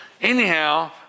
Anyhow